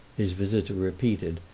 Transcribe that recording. his visitor repeated,